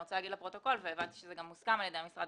רוצה להגיד לפרוטוקול והבנתי שזה גם מוסכם על ידי המשרד